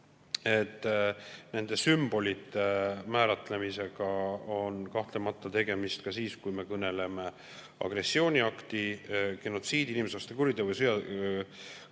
et nende sümbolite määratlemisega on kahtlemata tegemist ka siis, kui me kõneleme agressiooniakti, genotsiidi, inimsusevastase kuriteo või [sõja]kuriteo